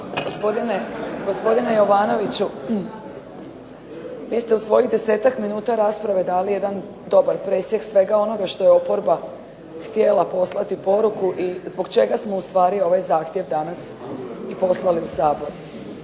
Gospodine Jovanoviću vi ste u u svojih 10-ak minuta rasprave dali jedan dobar presjek svega onoga što je oporba htjela poslati poruku i zbog čega smo ustvari ovaj zahtjev danas i poslali u Sabor.